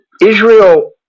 Israel